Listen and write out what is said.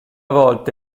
volte